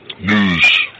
news